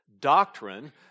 doctrine